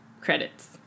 Credits